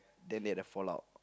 then they had a fall out